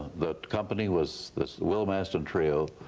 the company was the the will maston trio,